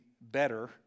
better